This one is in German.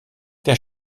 der